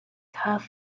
tough